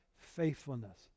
faithfulness